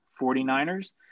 49ers